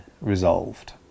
resolved